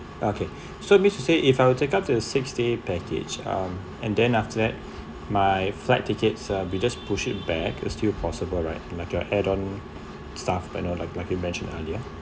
okay so means to say if I would take up to six day package um and then after that my flight tickets uh we just push it back it's still possible right like an add-on stuff but know like like you mentioned earlier